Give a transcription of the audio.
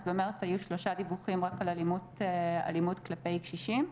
במרץ היו רק 3 דיווחים על אלימות כלפי קשישים.